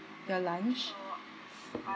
your lunch